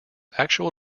actual